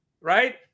right